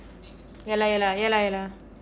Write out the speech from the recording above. ya lah ya lah ya lah ya lah